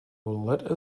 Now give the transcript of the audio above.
let